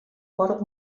port